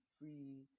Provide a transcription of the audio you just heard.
free